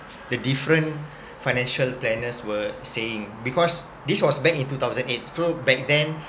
the different financial planners were saying because this was back in two thousand eight so back then